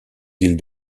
villes